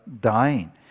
dying